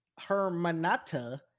Hermanata